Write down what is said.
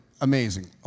amazing